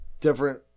different